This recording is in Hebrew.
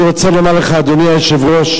אני רוצה לומר לך, אדוני היושב-ראש,